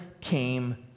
came